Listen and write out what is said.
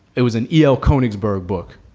it was an eo koenigsberg book.